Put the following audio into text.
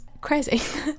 crazy